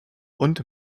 und